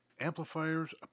Amplifiers